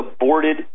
aborted